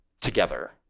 together